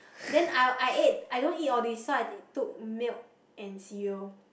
then I I ate I don't eat all these so I took milk and cereal